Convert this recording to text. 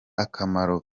akamaro